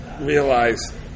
realize